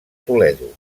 toledo